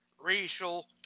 racial